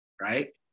right